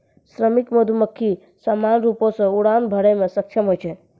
श्रमिक मधुमक्खी सामान्य रूपो सें उड़ान भरै म सक्षम होय छै